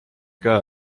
käe